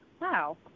wow